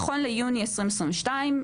נכון ליוני 2022,